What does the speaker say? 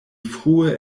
frue